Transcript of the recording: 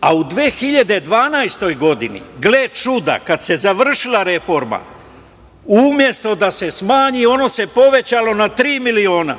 a u 2012. godini, gle čuda, kada se završila reforma umesto da se smanji, ono se povećalo na tri miliona.